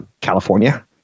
California